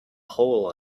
hole